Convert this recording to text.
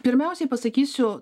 pirmiausiai pasakysiu